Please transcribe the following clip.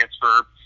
transfer